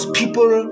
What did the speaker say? people